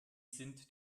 sind